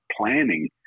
planning